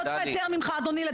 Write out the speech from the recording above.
אני לא צריכה היתר ממך לדבר,